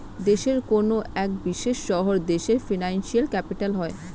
দেশের কোনো এক বিশেষ শহর দেশের ফিনান্সিয়াল ক্যাপিটাল হয়